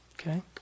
Okay